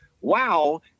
wow